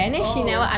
oh